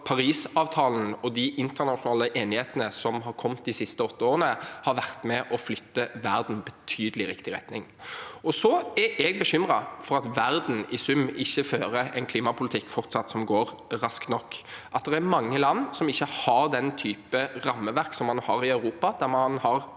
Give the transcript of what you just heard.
Parisavtalen og de internasjonale enighetene som har kommet de siste åtte årene, har vært med på å flytte verden betydelig i riktig retning. Jeg er bekymret for at verden i sum fortsatt ikke fører en klimapolitikk som går raskt nok, og at det er mange land som ikke har den typen rammeverk som man har i Europa, der man har